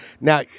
Now